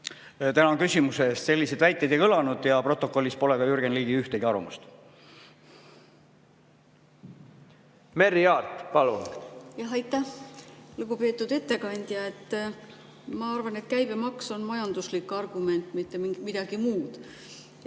Tänan küsimuse eest! Selliseid väiteid ei kõlanud ja protokollis pole ka ühtegi Jürgen Ligi arvamust. Merry Aart, palun! Aitäh! Lugupeetud ettekandja! Ma arvan, et käibemaks on majanduslik argument, mitte midagi muud.